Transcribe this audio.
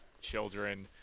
children